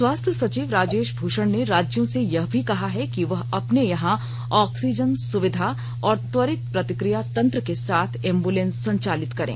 स्वास्थ्य सचिव राजेश भूषण ने राज्यों से यह भी कहा है कि वह अपने यहां आक्सीजन सुविधा और त्वरित प्रतिकिया तंत्र के साथ एम्बुलेंस संचालित करें